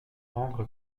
rendre